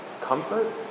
comfort